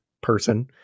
person